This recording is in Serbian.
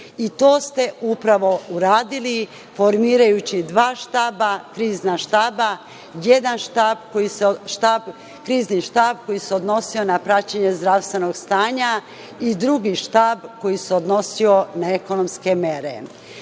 ste upravo uradili, formirajući dva krizna štaba. Jedan krizni štab koji se odnosio na praćenje zdravstvenog stanja i drugi štab koji se odnosio na ekonomske mere. Moram